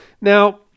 now